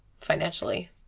financially